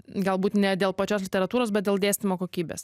galbūt ne dėl pačios literatūros bet dėl dėstymo kokybės